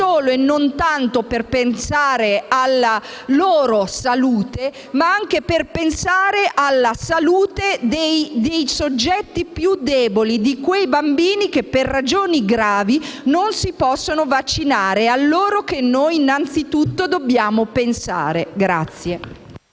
non solo e non tanto per pensare alla loro salute, ma anche per pensare alla salute dei soggetti più deboli, di quei bambini che, per ragioni gravi, non si possono vaccinare. È a loro che noi innanzitutto dobbiamo pensare.